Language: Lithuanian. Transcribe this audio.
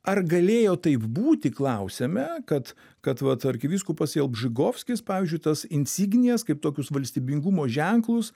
ar galėjo taip būti klausiame kad kad vat arkivyskupas jelbžigovskis pavyzdžiui tas insignijas kaip tokius valstybingumo ženklus